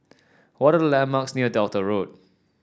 what are the landmarks near Delta Road